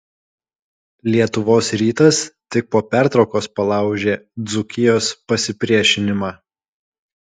lietuvos rytas tik po pertraukos palaužė dzūkijos pasipriešinimą